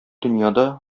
дөньяда